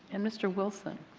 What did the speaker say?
and mr. wilson.